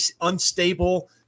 unstable